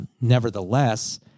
Nevertheless